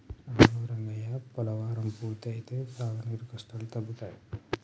అవును రంగయ్య పోలవరం పూర్తి అయితే సాగునీరు కష్టాలు తగ్గుతాయి